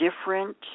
different